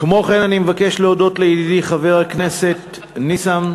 כמו כן אני מבקש להודות לידידי חבר הכנסת ניסן,